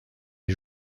des